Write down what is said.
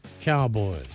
Cowboys